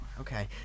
Okay